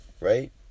right